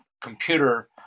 computer